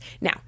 Now